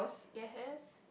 yes